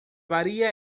varía